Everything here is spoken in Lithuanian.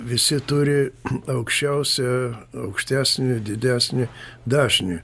visi turi aukščiausią aukštesnį didesnį dažnį